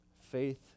faith